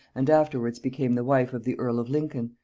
and afterwards became the wife of the earl of lincoln,